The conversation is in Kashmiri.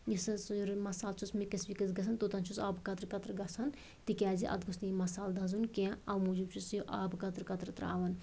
یُس ہسا مصالہٕ چھُس مِکٕس وِکٕس گژھان توتام چھُس آبہٕ قطرٕ قطرٕ گژھان تِکیٛازِ اَتھ گۄژھ نہ یہِ مصالہٕ دَزُن کیٚنہہ اَمہِ موٗجوٗب چھُس یہِ آبہٕ قطرٕ قطرٕ تراوان